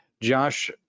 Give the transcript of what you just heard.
Josh